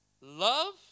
love